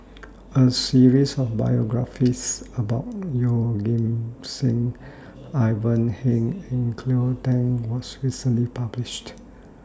A series of biographies about Yeoh Ghim Seng Ivan Heng and Cleo Thang was recently published